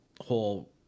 whole